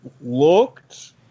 looked